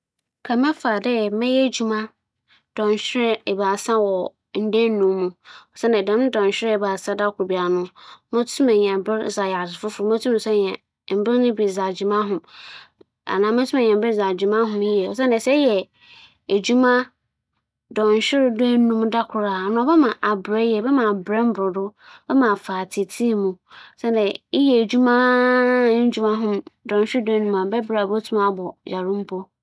Ndaawͻtwe biara mu no, m'enyi bɛgye dɛ wͻdze da kor tsee besi hͻ ama me na m'ayɛ no mu edwuma dͻnhwer du enum kyɛn dɛ wͻdze nda enum besi hͻ ama me dɛ menyɛ da kor biara mu edwuma dͻnhwer ebiasa. Siantsir nye dɛ, sɛ mopon fi hͻ dɛm da kor noara a, dͻnhwer du enum na mekedzii wͻ hͻ no, ͻno ekyir no nda aka no mobotum dze ayɛ adze fofor ma ayɛ yie mbom nda enum no dze mebɛberɛ papaapa.